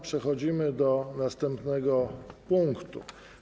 Przechodzimy do następnego punktu.